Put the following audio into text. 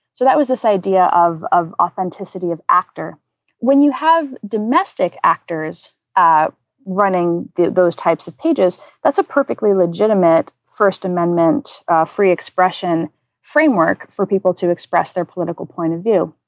so that was this idea of of authenticity of actor when you have domestic actors ah running those types of pages. that's a perfectly legitimate first amendment free expression framework for people to express their political point of view.